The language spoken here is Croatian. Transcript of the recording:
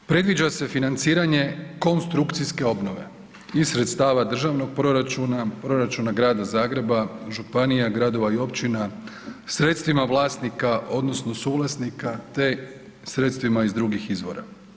Predviđa se financiranje konstrukcije obnove iz sredstava državnog proračuna, proračuna Grada Zagreba, županija, gradova i općina sredstvima vlasnika odnosno suvlasnika te sredstvima iz drugih izvora.